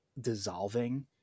dissolving